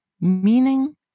meaning